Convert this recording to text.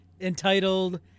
entitled